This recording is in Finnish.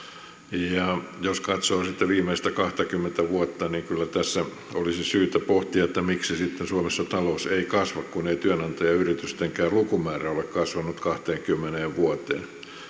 ja jos katsoo sitten viimeistä kahtakymmentä vuotta niin kyllä tässä olisi syytä pohtia sitä miksi sitten suomessa talous ei kasva kun ei työnantajayritystenkään lukumäärä ole kasvanut kahteenkymmeneen vuoteen